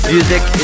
Music